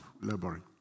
laboring